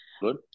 Good